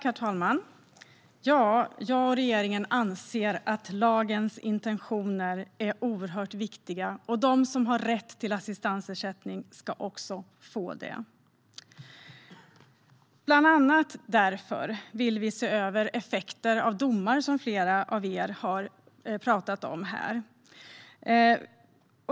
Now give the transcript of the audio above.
Herr talman! Jag och regeringen anser att lagens intentioner är oerhört viktiga, och de som har rätt till assistansersättning ska också få det. Bland annat av den anledningen vill vi se över effekter av domar, som flera av er har talat om här.